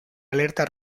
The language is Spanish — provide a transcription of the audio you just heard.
alerta